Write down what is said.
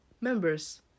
members